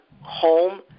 home